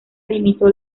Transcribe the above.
limitó